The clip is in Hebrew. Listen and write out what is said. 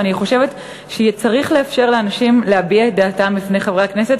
ואני חושבת שצריך לאפשר לאנשים להביע את דעתם בפני חברי הכנסת,